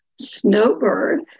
Snowbird